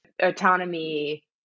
autonomy